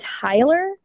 Tyler